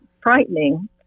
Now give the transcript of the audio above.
frightening